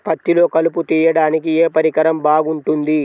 పత్తిలో కలుపు తీయడానికి ఏ పరికరం బాగుంటుంది?